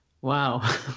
Wow